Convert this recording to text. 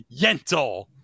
Yentl